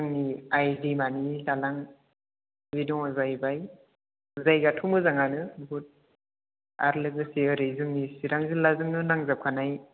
जोंनि आइ दैमानि दालां बे दं जाहैबाय जायगायाथ' मोजाङानो बुहुद आरो लोगोसे ओरै जोंनि चिरां जिल्लाजोंनो नांजाबखानाय